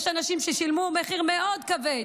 יש אנשים ששילמו מחיר מאוד כבד,